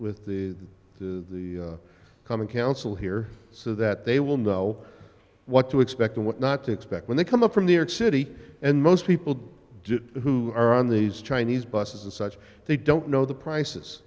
with the the coming council here so that they will know what to expect and what not to expect when they come up from new york city and most people who are on these chinese buses and such they don't know the prices